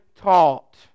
taught